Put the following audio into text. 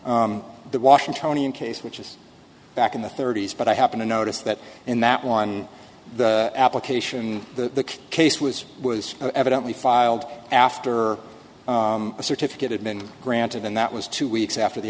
fast the washingtonian case which is back in the thirty's but i happen to notice that in that one application the case was was evidently filed after a certificate had been granted and that was two weeks after the